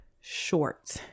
short